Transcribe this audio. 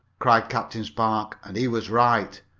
cried captain spark, and he was right.